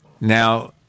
Now